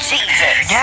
Jesus